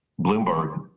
Bloomberg